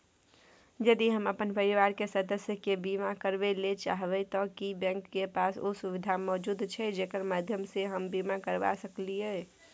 यदि हम अपन परिवार के सदस्य के बीमा करबे ले चाहबे त की बैंक के पास उ सुविधा मौजूद छै जेकर माध्यम सं हम बीमा करबा सकलियै?